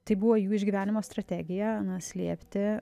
tai buvo jų išgyvenimo strategija slėpti